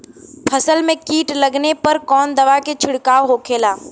फसल में कीट लगने पर कौन दवा के छिड़काव होखेला?